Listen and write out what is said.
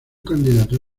candidato